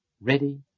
ready